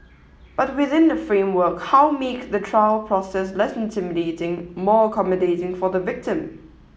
but within that framework how make the trial process less intimidating more accommodating for the victim